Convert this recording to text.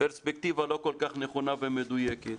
פרספקטיבה לא כל כך נכונה ומדויקת.